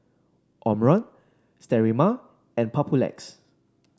Omron Sterimar and Papulex